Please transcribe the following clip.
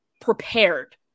prepared